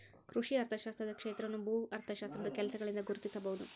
ಕೃಷಿ ಅರ್ಥಶಾಸ್ತ್ರದ ಕ್ಷೇತ್ರವನ್ನು ಭೂ ಅರ್ಥಶಾಸ್ತ್ರದ ಕೆಲಸಗಳಿಂದ ಗುರುತಿಸಬಹುದು